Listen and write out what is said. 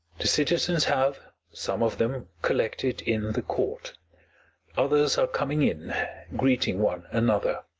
the citizens have some of them collected in the court others are coming in greeting one another